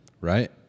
Right